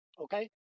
okay